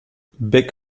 bec